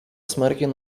smarkiai